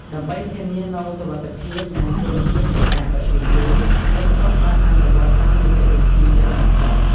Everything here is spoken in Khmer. ដើម្បីធានានូវសុវត្ថិភាព និងគុណភាពនៃការដឹកជញ្ជូន ក្រុមហ៊ុនបានអនុវត្តន៍តាមនីតិវិធីយ៉ាងម៉ត់ចត់។